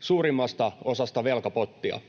suurimmasta osasta velkapottia.